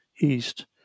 East